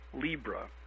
libra